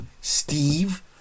Steve